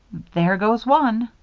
there goes one!